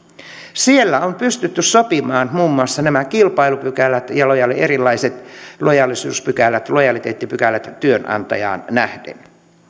siellä on pystytty sopimaan muun muassa nämä kilpailupykälät ja erilaiset lojaliteettipykälät lojaliteettipykälät työnantajaan nähden